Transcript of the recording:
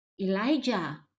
Elijah